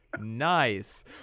Nice